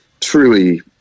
truly